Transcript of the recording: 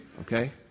Okay